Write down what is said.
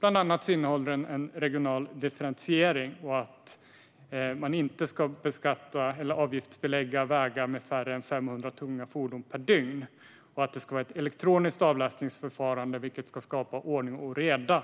Bland annat innehåller förslaget en regional differentiering och ett förslag om att man inte ska avgiftsbelägga vägar med färre än 500 tunga fordon per dygn. Det ska vara ett elektroniskt avläsningsförfarande, vilket ska skapa ordning och reda.